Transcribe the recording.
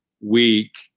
week